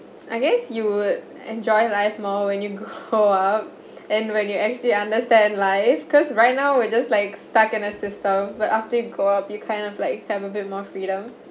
I guess you would enjoy life more when you grow up and when you actually understand life cause right now we're just like stuck in a system but after you grow up you kind of like have a bit more freedom